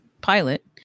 pilot